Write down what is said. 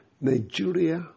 Nigeria